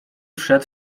wszedł